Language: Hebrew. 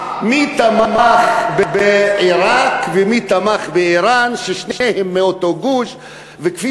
כי מלחמת עיראק-איראן נקראה על-ידי האיראנים מלחמת "אל קודס".